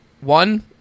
one